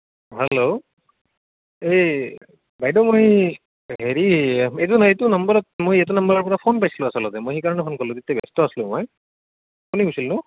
hello এই বাইদেউ মই হেৰি এইটো নহয় এইটো নম্বৰত মই এইটো নম্বৰৰ পৰা ফোন পাইছিলোঁ আচলতে মই সেইকাৰণে ফোন কৰিলোঁ তেতিয়া মই ব্যস্ত আছিলোঁ মই কোনে কৈছিলনো